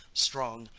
strong,